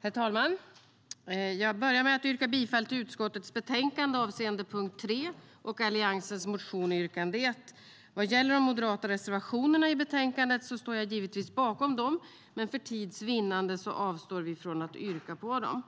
Herr talman! Jag börjar med att yrka bifall till utskottets förslag avseende punkt 3 och Alliansens motion yrkande 1. Jag står givetvis bakom Alliansens motioner i betänkandet, men för tids vinnande avstår jag från att yrka på dem.